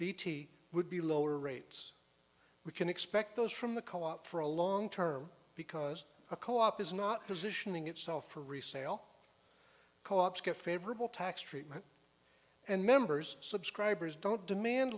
bt would be lower rates we can expect those from the co op for a long term because a co op is not positioning itself for resale co ops get favorable tax treatment and members subscribers don't demand